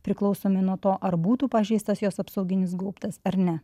priklausomai nuo to ar būtų pažeistas jos apsauginis gaubtas ar ne